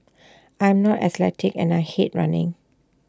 I'm not athletic and I hate running